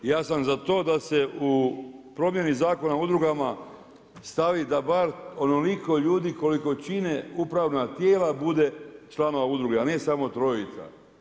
Ja sam za to da se u promjena u Zakonu u udrugama stavi da bar onoliko ljudi koliko čine upravna tijela bude članova udruge, a ne samo trojica.